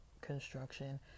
construction